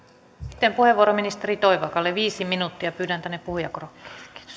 sitten puheenvuoro ministeri toivakalle viisi minuuttia pyydän tänne puhujakorokkeelle kiitos